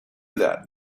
that